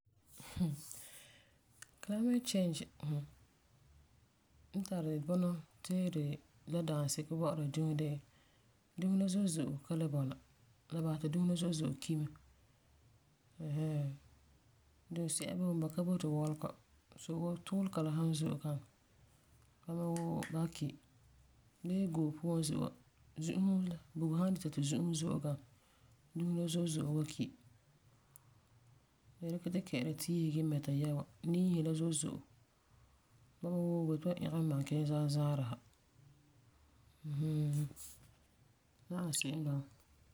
Climate change hmm, n tari bunɔ teere la l daanseko bɔ'ɔra dunia de la dusi la zo'e zo'e ka le bɔna. L basɛ ti dusi la zo'e zo'e ki mɛ. Ɛɛn hɛɛn. Dunsi'a boi mɛ ba ka boti wɔlegɔ. Soo tuulega san zo'e gaŋɛ, bama woo ba wan ki bee goo puan n ze wa, bugum san dita ti zu'usi la zo'e gaŋɛ, ba wan ki. Le dikɛ tun kɛ'ɛri tiisi gee mɛta yɛ'a wa, niisi la zo'e zo'e, bama woo ba yeti ba maalon ɛgɛ mɛ ki zazaarɛ sa. Mm, la n ani se'em n bala